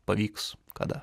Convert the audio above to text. pavyks kada